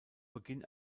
beginn